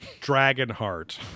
Dragonheart